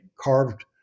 carved